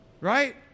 right